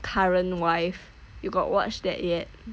current wife you got watch that yet